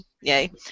Yay